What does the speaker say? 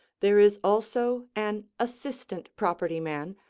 there is also an assistant property man,